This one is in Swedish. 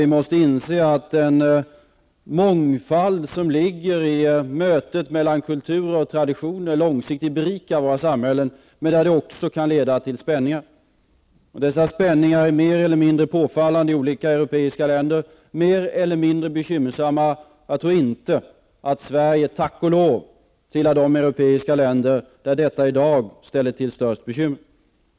Vi måste inse att den mångfald som ligger i mötet mellan olika kulturer och traditioner långsiktigt berikar våra samhällen men att det också kan leda till spänningar. Dessa spänningar är mer eller mindre påfallande i olika europeiska länder, mer eller mindre bekymmersamma. Jag tror emellertid inte att Sverige, tack och lov, tillhör de europeiska länder där detta i dag ställer till störst bekymmer.